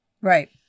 Right